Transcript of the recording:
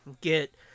Get